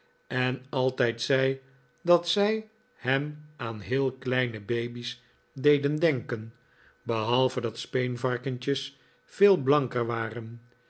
en altijd zei dat zij hem aan heel kleine baby's deden denken behalve dat speenvarkentjes veel blanker waren